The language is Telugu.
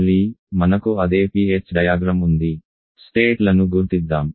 మళ్ళీ మనకు అదే Ph డయాగ్రమ్ ఉంది స్టేట్ లను గుర్తిద్దాం